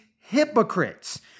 hypocrites